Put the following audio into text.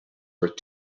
worth